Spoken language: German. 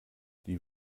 die